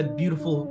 beautiful